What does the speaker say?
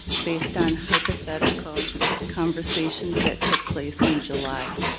based on hypothetical conversations that took place in july.